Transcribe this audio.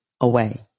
away